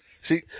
See